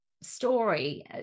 story